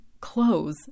clothes